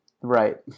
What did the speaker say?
right